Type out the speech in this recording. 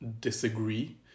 disagree